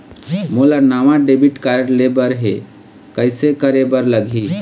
मोला नावा debit card लेबर हे, कइसे करे बर लगही?